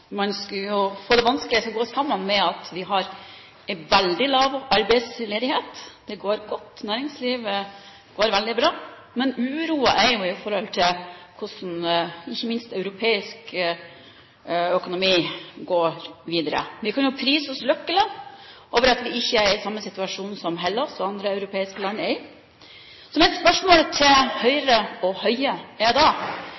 sammen med at vi har veldig lav arbeidsledighet. Det går godt, næringslivet går veldig bra, men uroen er ikke minst i forhold til hvordan europeisk økonomi går videre. Vi kan jo prise oss lykkelige over at vi ikke er i samme situasjon som Hellas og andre europeiske land er i. Så mitt spørsmål til